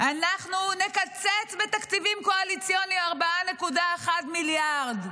אנחנו נקצץ בתקציבים קואליציוניים 4.1 מיליארד.